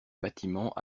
bâtiment